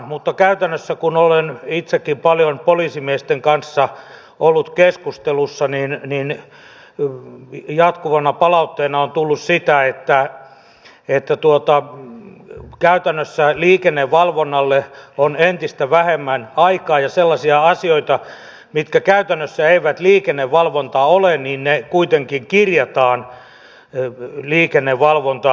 mutta kun olen itsekin paljon poliisimiesten kanssa ollut keskustelussa jatkuvana palautteena on tullut sitä että käytännössä liikennevalvonnalle on entistä vähemmän aikaa ja sellaisia asioita mitkä käytännössä eivät liikennevalvontaa ole kuitenkin kirjataan liikennevalvontatehtäviksi